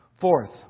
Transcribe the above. Fourth